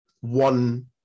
one